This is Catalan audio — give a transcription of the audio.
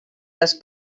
les